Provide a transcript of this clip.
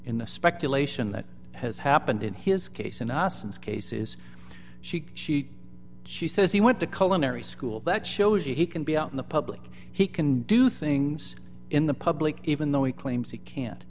in the speculation that has happened in his case and not since cases she she she says he went to call in every school that shows he can be out in the public he can do things in the public even though he claims he can't